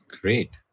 Great